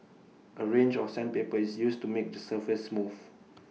A range of sandpaper is used to make the surface smooth